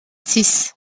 six